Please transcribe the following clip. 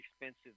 expensive